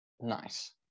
Nice